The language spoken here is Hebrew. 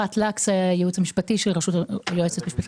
הייעוץ המשפטי של רשות המיסים.